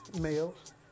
males